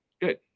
Good